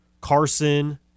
Carson